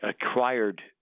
acquired